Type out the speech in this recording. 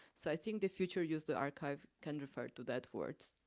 so i think the future use the archive can refer to that words.